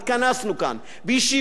בישיבה מיוחדת,